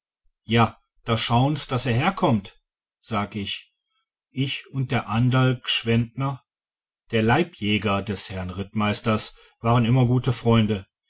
ja da schauen's daß er herkommt sag ich ich und der anderl g'schwendtner der leibjäger des herrn rittmeisters waren immer gute freunde